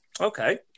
Okay